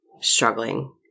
struggling